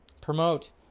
promote